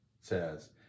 says